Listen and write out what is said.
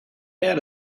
out